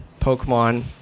Pokemon